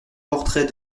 portrait